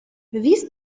these